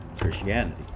Christianity